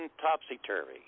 topsy-turvy